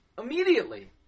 immediately